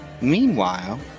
Meanwhile